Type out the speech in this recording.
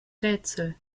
rätsel